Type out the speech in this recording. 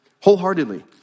wholeheartedly